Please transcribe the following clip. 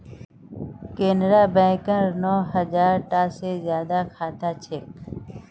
केनरा बैकेर नौ हज़ार टा से ज्यादा साखा छे